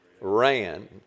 Ran